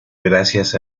gracias